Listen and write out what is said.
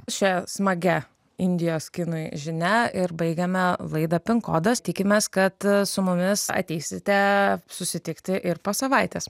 šia smagia indijos kinui žinia ir baigiame laidą pin kodas tikimės kad su mumis ateisite susitikti ir po savaitės